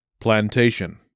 Plantation